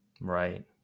Right